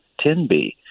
10B